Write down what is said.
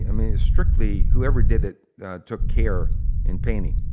i mean, strictly, whoever did it took care in painting.